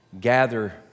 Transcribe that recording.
gather